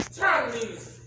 Chinese